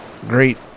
great